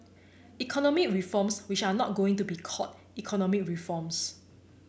economic reforms which are not going to be called economic reforms